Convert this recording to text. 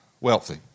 wealthy